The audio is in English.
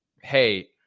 hey